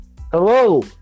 Hello